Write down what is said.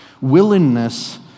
willingness